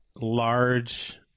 large –